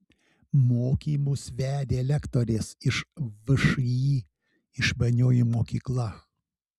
mokymus vedė lektorės iš všį išmanioji mokykla